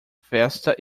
festa